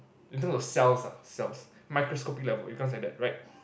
in terms of cells ah cells microscopic level becomes like that right